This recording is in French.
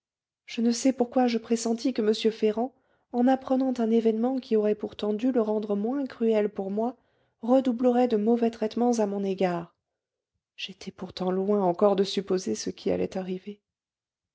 je ne sais pourquoi je pressentis que m ferrand en apprenant un événement qui aurait pourtant dû le rendre moins cruel pour moi redoublerait de mauvais traitements à mon égard j'étais pourtant loin encore de supposer ce qui allait arriver